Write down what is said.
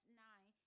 nine